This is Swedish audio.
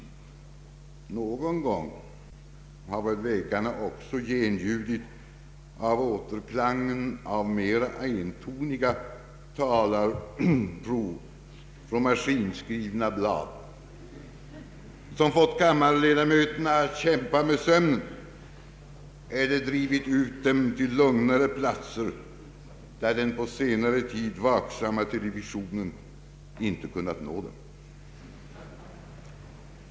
Någon gång har väggarna väl också genljudit av återklangen av mera entoniga talarprov från maskinskrivna blad som fått kammarledamöterna att kämpa med sömnen eller drivit ut dem till lugnare platser där den på senaste tiden verksamma televisionens vakande öga icke kunnat nå dem.